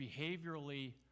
behaviorally